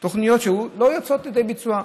תוכניות שלא מגיעות לידי ביצוע,